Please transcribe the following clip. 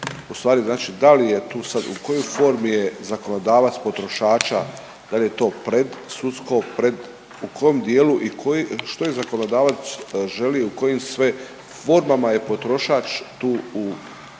tu sad, u kojoj formi je zakonodavac potrošača, da li je to predsudsko, pred, u kom dijelu i koji, što je zakonodavac želio, kojim sve formama je potrošač tu u